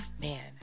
Man